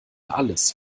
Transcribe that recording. alles